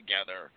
together